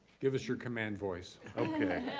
give us your command voice.